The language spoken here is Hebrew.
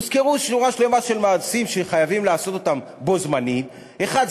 הוזכרו שורה שלמה של מעשים שחייבים לעשות אותם בו-זמנית: אחד,